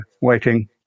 waiting